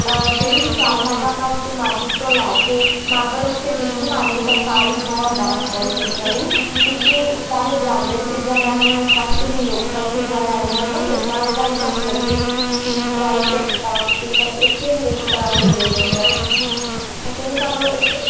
ਜਿਹੜੀ ਵਿਸ਼ਾਲ ਮੈਗਾਮਟ ਅਤੇ ਮਾਰਕੀਟ ਤੋਂ ਲੈ ਕੇ ਮਾਲਵਾ ਰੋਡ 'ਤੇ ਜਿੰਨੀ ਮਾਰਕੀਟ ਆ ਸਾਰੀ ਬਹੁਤ ਬੈਸਟ ਹੈ ਇਹ ਚੀਜ਼ਾਂ ਲਈ ਤੁਸੀਂ ਚਾਹੇ ਬਰੈਂਡਡ ਚੀਜ਼ਾਂ ਲੈਣੀਆਂ ਨੇ ਚਾਹੇ ਤੁਸੀਂ ਲੋਕਲ ਚੀਜ਼ਾਂ ਲੈਣੀਆਂ ਹੈ ਨਾ ਜਿੱਦਾਂ ਜਿੱਦਾਂ ਵੀ ਤੁਹਾਨੂੰ ਲੱਗੇ ਚੀਜ਼ ਪ੍ਰਾਈਜ਼ ਅਤੇ ਐਕਸਪੈਂਸਿਵ ਇੱਥੇ ਹਰੇਕ ਤਰ੍ਹਾਂ ਦੇ ਮਿਲ ਜਾਂਦੀਆਂ ਨੇ ਸੈਕਿੰਡਲੀ ਤੁਹਾਨੂੰ ਇੱਥੇ